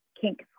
kink